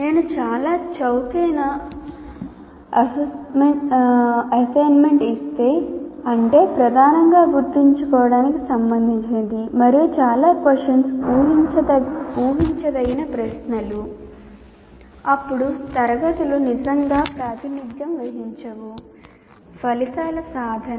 నేను చాలా చౌకైన అసైన్మెంట్ ఇస్తే అంటే ప్రధానంగా గుర్తుంచుకోవడానికి సంబంధించినది మరియు చాలా questions ఊహించదగిన ప్రశ్నలు అప్పుడు తరగతులు నిజంగా ప్రాతినిధ్యం వహించవు ఫలితాల సాధన